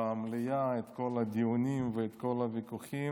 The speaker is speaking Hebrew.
במליאה, בכל הדיונים ובכל הוויכוחים,